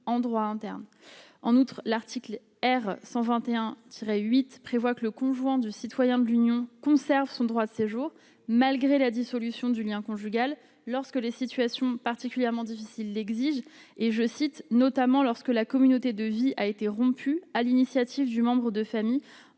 en droit interne, en outre, l'article R-121 cela 8 prévoit que le conjoint du citoyen de l'Union conserve son droit jour malgré la dissolution du lien conjugal, lorsque les situations particulièrement difficile exige et je cite notamment lorsque la communauté de vie a été rompu à l'initiative du membre de famille